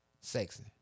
sexy